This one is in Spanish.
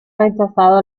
rechazado